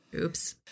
Oops